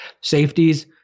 Safeties